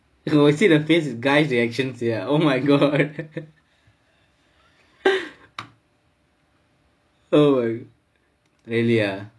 you will see the face you guys reaction sia oh my god oh really ah